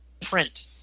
print